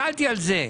שאלתי על זה.